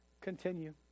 Continue